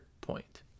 point